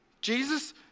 Jesus